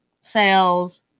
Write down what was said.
sales